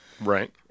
right